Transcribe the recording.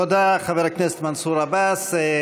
תודה, חבר הכנסת מנסור עבאס.